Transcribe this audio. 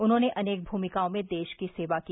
उन्होंने अनेक भूमिकाओं में देश की सेवा की